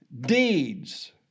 deeds